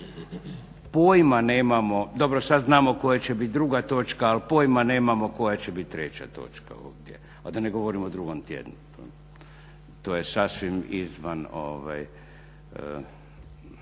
Pojma nemamo, dobro sada znamo koja će biti druga točka, ali pojma nemamo koja će biti treća točka ovdje, a da ne govorimo o drugom tjednu. To je sasvim izvan